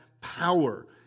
power